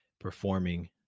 performing